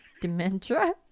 Dementia